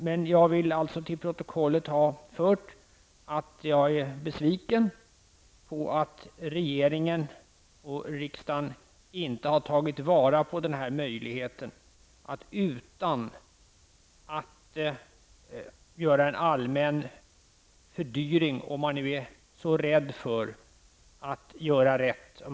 Men jag vill till protokollet ha fört att jag är besviken på att regeringen och riksdagen inte har tagit till vara på den möjligheten utan att göra en allmän fördyring -- om man är så rädd för att göra rätt.